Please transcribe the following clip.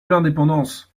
l’indépendance